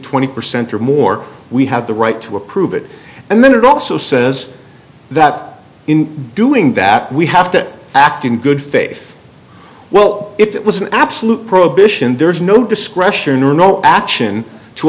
twenty percent or more we have the right to approve it and then it also says that in doing that we have to act in good faith well if it was an absolute prohibition there's no discretion or no action to